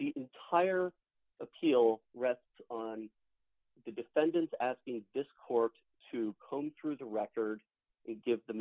the entire appeal rests on the defendants asking this court to comb through the record give the